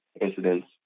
incidents